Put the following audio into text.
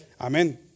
Amen